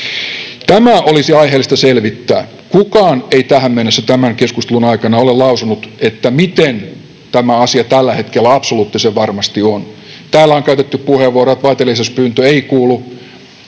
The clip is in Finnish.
Tämä olisi aiheellista selvittää. Kukaan ei tähän mennessä tämän keskustelun aikana ole lausunut, miten tämä asia tällä hetkellä absoluuttisen varmasti on. Täällä on käytetty puheenvuoroja, että vaiteliaisuuspyyntö ei kuulu